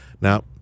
Now